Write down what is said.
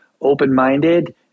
open-minded